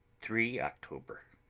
three october.